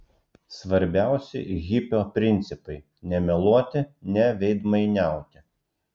svarbiausi hipio principai nemeluoti neveidmainiauti